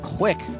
quick